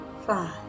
five